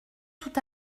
tout